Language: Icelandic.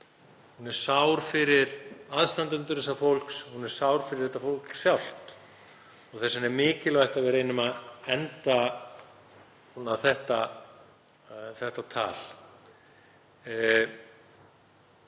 hún er sár fyrir aðstandendur þessa fólks og hún er sár fyrir þetta fólk sjálft. Þess vegna er mikilvægt að við reynum að hætta þessu tali.